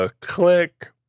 Click